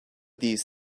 these